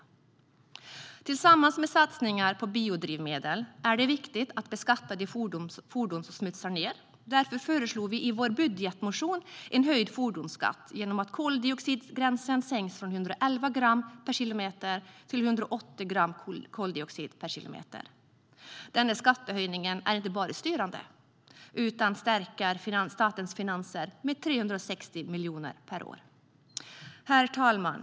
Tillsammans med satsningen på biodrivmedel är det viktigt att beskatta de fordon som smutsar ned. Därför föreslog vi i vår budgetmotion en höjd fordonsskatt genom att koldioxidgränsen sänks från 111 gram per kilometer till 108 gram per kilometer. Denna skattehöjning är inte bara styrande utan stärker statens finanser med 360 miljoner per år. Herr talman!